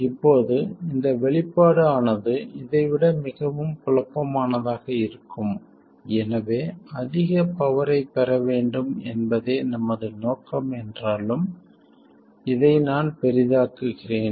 இப்போது இந்த வெளிப்பாடு ஆனது இதை விட மிகவும் குழப்பமானதாக இருக்கும் எனவே அதிக பவர் ஐப் பெற வேண்டும் என்பதே நமது நோக்கம் என்றாலும் இதை நான் பெரிதாக்குகிறேன்